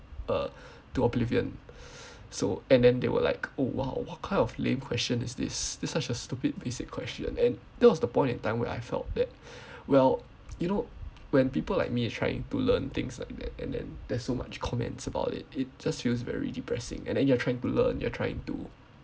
uh to oblivion so and then they were like oh !wow! what kind of lame question is this this is such a stupid basic question and that was the point in time where I felt that well you know when people like me is trying to learn things like that and then there's so much comments about it it just feels very depressing and then you're trying to learn you're trying to